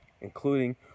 Including